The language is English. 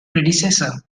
predecessor